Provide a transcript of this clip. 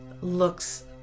looks